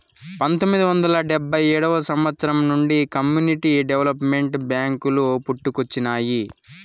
పంతొమ్మిది వందల డెబ్భై ఏడవ సంవచ్చరం నుండి కమ్యూనిటీ డెవలప్మెంట్ బ్యేంకులు పుట్టుకొచ్చినాయి